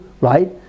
right